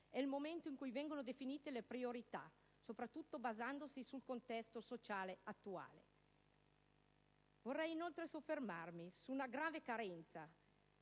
È il momento in cui vengono definite le priorità, soprattutto basandosi sul contesto sociale attuale. Vorrei inoltre soffermarmi su una grave carenza